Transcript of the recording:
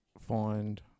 find